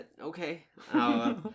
Okay